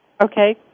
Okay